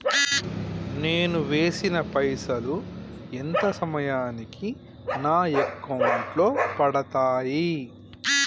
నేను వేసిన పైసలు ఎంత సమయానికి నా అకౌంట్ లో పడతాయి?